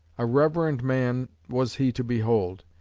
a reverend man was he to behold.